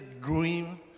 dream